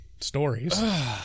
stories